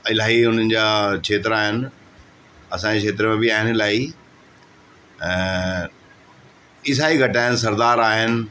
इलाही उन्हनि जा खेत्र आहिनि असांजे खेत्र में बि आहिनि इलाही ईसाई घटि आहिनि सरदार आहिनि